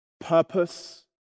purpose